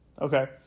Okay